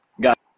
Got